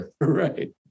Right